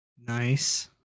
Nice